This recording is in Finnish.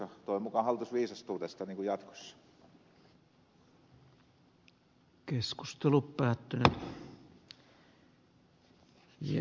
toivon mukaan hallitus viisastuu tästä jatkossa